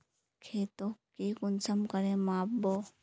खेतोक ती कुंसम करे माप बो?